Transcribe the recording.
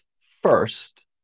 first